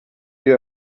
you